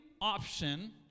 option